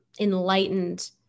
enlightened